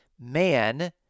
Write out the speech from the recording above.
man